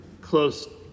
close